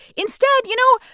instead, you know,